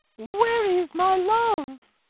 where is my love?